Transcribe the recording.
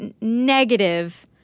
negative